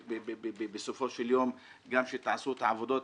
ושבסופו של יום גם שתעשו את העבודות,